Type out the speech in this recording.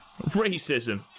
Racism